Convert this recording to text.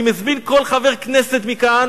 אני מזמין כל חבר כנסת מכאן